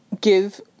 Give